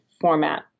format